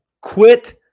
quit